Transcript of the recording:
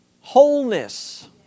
wholeness